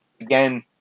again